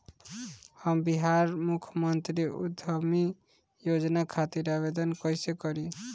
हम बिहार मुख्यमंत्री उद्यमी योजना खातिर आवेदन कईसे करी?